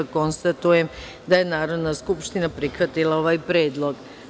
Konstatujem da je Narodna skupština prihvatila ovaj predlog.